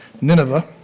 Nineveh